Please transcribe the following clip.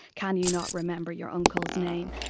can you not remember your uncle's name.